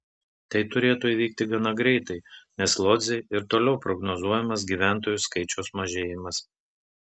tai turėtų įvykti gana greitai nes lodzei ir toliau prognozuojamas gyventojų skaičiaus mažėjimas